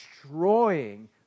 destroying